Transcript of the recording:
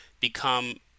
become